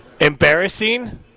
Embarrassing